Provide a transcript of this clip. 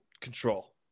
control